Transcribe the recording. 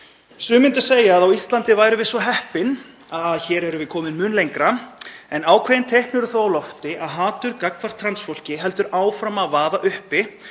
Sum myndu segja að á Íslandi værum við svo heppin að vera komin mun lengra en ákveðin teikn eru þó á lofti um að hatur gagnvart trans fólki haldi áfram að vaða uppi